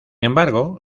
embargo